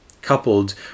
coupled